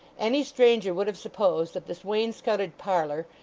any stranger would have supposed that this wainscoted parlour,